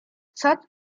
such